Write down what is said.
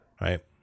Right